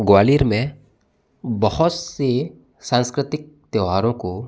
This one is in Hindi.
ग्वालियर में बहुत से सांस्कृतिक त्योहारों को